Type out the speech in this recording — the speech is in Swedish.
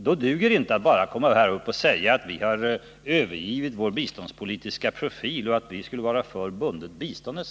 Då duger det inte att här bara säga att folkpartiet har övergivit sin biståndspolitiska profil och att vi skulle vara för bundet bistånd etc.